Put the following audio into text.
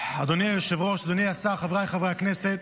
אדוני היושב-ראש, אדוני השר, חבריי חברי הכנסת,